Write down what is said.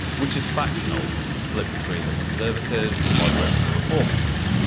which is factional, split between the conservatives, the moderates and the reformists.